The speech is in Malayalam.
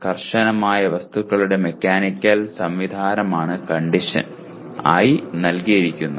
കർശനമായ വസ്തുക്കളുടെ മെക്കാനിക്കൽ സംവിധാനമാണ് കണ്ടിഷൻ ആയി നൽകി ഇരിക്കുന്നത്